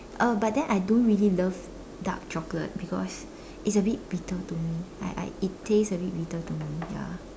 uh but then I don't really love dark chocolate because it's a bit bitter to me like like it taste a bit bitter to me ya